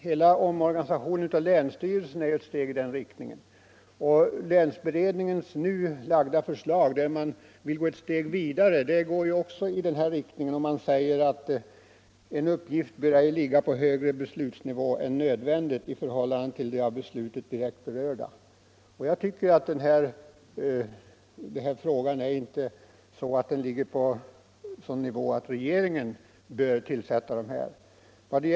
Hela omorganisationen av länsstyrelserna är ett steg i den riktningen, och länsberedningens nu framlagda förslag, där man vill ta ytterligare ett steg, går i samma riktning. Man säger att en uppgift bör ej ligga på högre beslutsnivå än nödvändigt i förhållande till de av beslutet direkt berörda. Jag tycker inte att denna fråga ligger på den nivån att regeringen bör tillsätta dessa ledamöter i företagarföreningarnas styrelser.